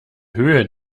höhe